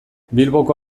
bilboko